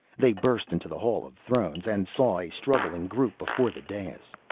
they burst into the hall of thrones and saw a struggling group before the dais.